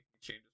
changes